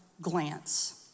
glance